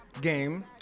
game